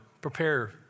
prepare